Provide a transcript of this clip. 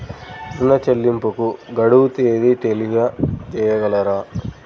ఋణ చెల్లింపుకు గడువు తేదీ తెలియచేయగలరా?